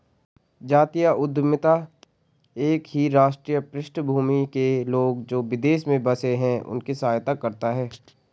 जातीय उद्यमिता एक ही राष्ट्रीय पृष्ठभूमि के लोग, जो विदेश में बसे हैं उनकी सहायता करता है